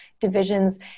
divisions